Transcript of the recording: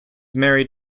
married